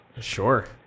sure